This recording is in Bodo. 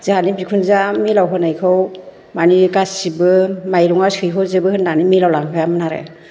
जोंहानि बिखुनजोआ मिलाव होनायखौ माने गासैबो माइरंआ सैह'जोबो होननानै मिलाव लांहोआमोन आरो